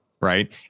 right